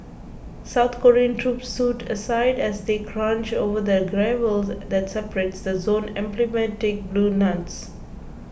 South Korean troops stood aside as they crunched over the gravel that separates the zone's emblematic blue huts